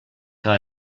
que